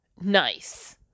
nice